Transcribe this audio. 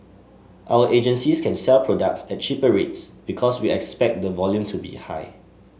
our agencies can sell products at cheaper rates because we expect the volume to be high